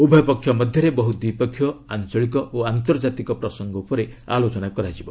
ଉଭୟପକ୍ଷ ମଧ୍ୟରେ ବହୁ ଦ୍ୱିପକ୍ଷୀୟ ଆଞ୍ଚଳିକ ଓ ଆନ୍ତର୍ଜାତିକ ପ୍ରସଙ୍ଗ ଉପରେ ଆଲୋଚନା କରାଯିବ